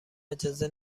اجازه